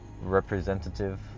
representative